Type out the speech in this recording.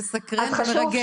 ומסקרן ומרגש.